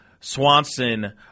Swanson